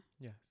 Yes